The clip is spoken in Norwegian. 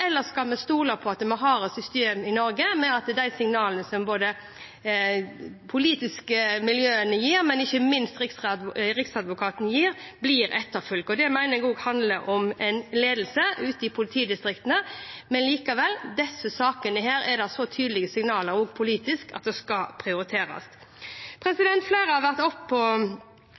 eller skal vi stole på at vi har et system i Norge hvor de signalene som både de politiske miljøene og ikke minst Riksadvokaten gir, blir etterfulgt? Det mener jeg også handler om ledelse ute i politidistriktene, men disse sakene er det så tydelige signaler om, også politisk, at skal prioriteres. Flere har vært